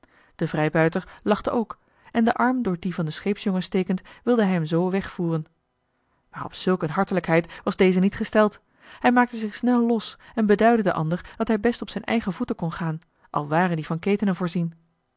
de vrijbuiter lachte ook en den arm door dien van den scheepsjongen stekend wilde hij hem zoo wegvoeren maar op zulk een hartelijkheid was deze niet gesteld hij maakte zich snel los en beduidde den ander dat hij best op zijn eigen voeten kon gaan al waren die van ketenen voorzien